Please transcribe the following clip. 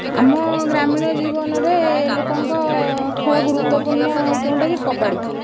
ଆମ ଗ୍ରାମୀଣ ଜୀବନରେ ଲୋକଙ୍କ ଖେଳ ଗୁରୁତ୍ୱପୂର୍ଣ୍ଣ କେଉଁଟା କି କବାଡ଼ି